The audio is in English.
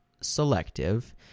selective